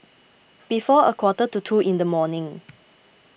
before a quarter to two in the morning